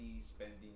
spending